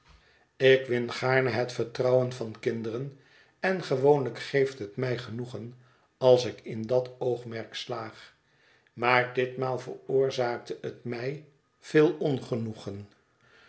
ik win gaarne het vertrouwen van kinderen en gewoonlijk geeft het mij genoegen als ik in dat oogmerk slaag maar ditmaal veroorzaakte het mij veel ongenoegen